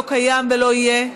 לא קיים ולא יהיה,